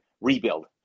rebuild